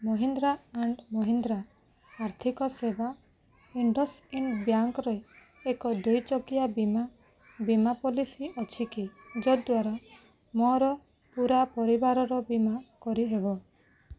Mahindra and Mahindra ଆର୍ଥିକ ସେବା ଇଣ୍ଡସ୍ଇନ୍ ବ୍ୟାଙ୍କରେ ଏକ ଦୁଇ ଚକିଆ ବୀମା ବୀମା ପଲିସି ଅଛିକି ଯଦ୍ଵାରା ମୋର ପୂରା ପରିବାରର ବୀମା କରିହେବ